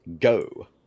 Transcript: go